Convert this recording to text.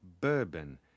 bourbon